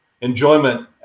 enjoyment